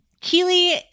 Keely